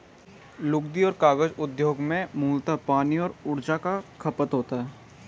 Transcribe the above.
लुगदी और कागज उद्योग में मूलतः पानी और ऊर्जा का खपत होता है